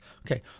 okay